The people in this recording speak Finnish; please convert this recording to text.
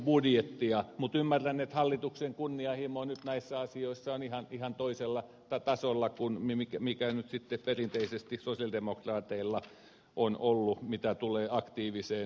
mutta ymmärrän että hallituksen kunnianhimo nyt näissä asioissa on ihan toisella tasolla kuin mikä nyt sitten perinteisesti sosialidemokraateilla on ollut mitä tulee aktiiviseen työvoimapolitiikkaan